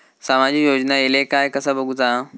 सामाजिक योजना इले काय कसा बघुचा?